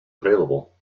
available